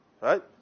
right